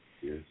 Yes